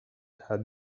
had